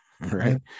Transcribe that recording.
right